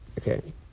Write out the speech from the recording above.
Okay